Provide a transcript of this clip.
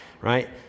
right